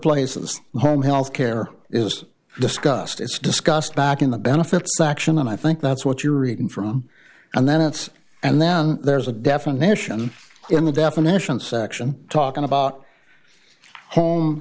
places the home health care is discussed it's discussed back in the benefits section and i think that's what you're reading from and then it's and then there's a definition in the definition section talking about home